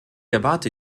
erwarte